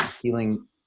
healing